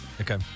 Okay